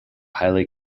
highly